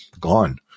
gone